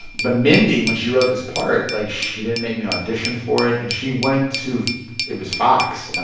but mindy, when she wrote this part like, she didn't make me audition for it. and she went to it was fox. and